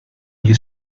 gli